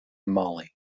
mali